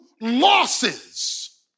losses